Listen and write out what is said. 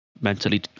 mentally